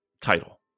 title